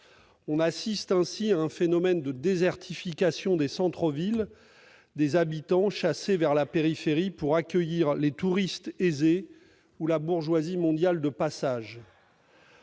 On assiste ainsi à un phénomène de désertification des centres-villes, des habitants étant chassés vers la périphérie pour accueillir les touristes aisés ou la bourgeoisie mondiale de passage.